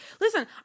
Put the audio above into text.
listen